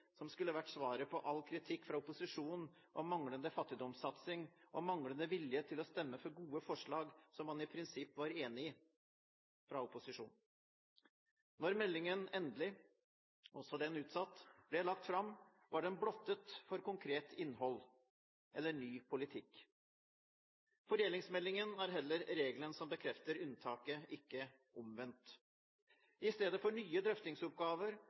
som skulle vært svaret på all kritikk fra opposisjonen om manglende fattigdomssatsing og manglende vilje til å stemme for gode forslag fra opposisjonen som man i prinsipp var enig i. Da meldingen endelig – også den utsatt – ble lagt fram, var den blottet for konkret innhold eller ny politikk. Fordelingsmeldingen er heller regelen som bekrefter unntaket, ikke omvendt. I stedet for nye drøftingsoppgaver